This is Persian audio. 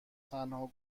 تنها